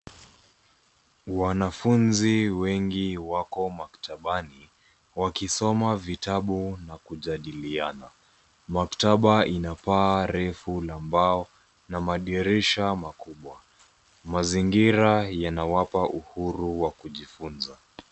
Wanafunzi wengi wako maktabani wakisoma vitabu na kujadiliana. Maktaba ina paa refu la mbao na madirisha makubwa. Mazingira yanawapa uhuru wa kujifunza.